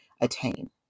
attain